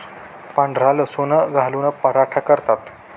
पांढरा लसूण घालून पराठा करतात